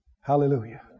Hallelujah